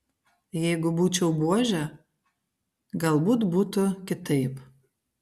jeigu būčiau buožė galbūt būtų kitaip